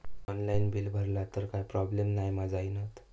Online bill भरला तर काय प्रोब्लेम नाय मा जाईनत?